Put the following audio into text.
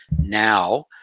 now